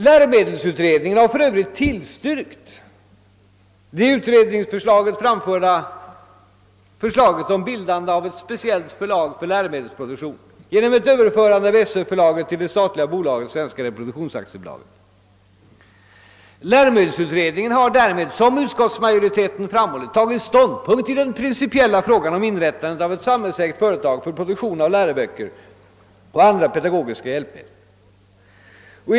Läromedelsutredningen har för övrigt tillstyrkt det i utredningsförslaget framförda kravet på bildandet av ett speciellt förlag för läromedelsproduktion genom ett överförande av Sö-förlaget till det statliga bolaget Svenska reproduktions AB. Läromedelsutredningen har därigenom, som utskottsmajoriteten framhåller, tagit ståndpunkt i den principiella frågan om inrättandet av ett samhällsägt företag för produktion av läroböcker och andra pedagogiska hjälpmedel.